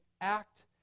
act